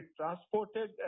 transported